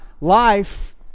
life